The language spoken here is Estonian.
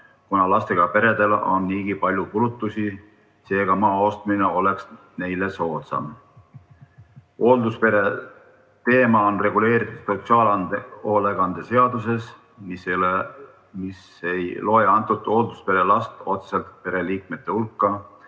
kuna lastega peredel on niigi palju kulutusi, seega maa ostmine oleks neile soodsam. Hoolduspere teema on reguleeritud sotsiaalhoolekande seaduses, mis ei loe hoolduspere last otseselt pereliikmete hulka,